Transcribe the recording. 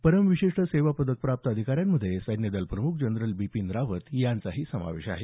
परम विशिष्ट सेवा पदक प्राप्त अधिकाऱ्यांमध्ये सैन्यदल प्रमुख जनरल बिपीन रावत यांचाही समावेश आहे